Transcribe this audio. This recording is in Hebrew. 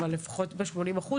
אבל לפחות ב-80%,